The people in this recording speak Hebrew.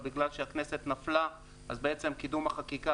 אבל בגלל שהכנסת נפלה אז קידום החקיקה